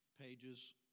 pages